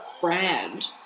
brand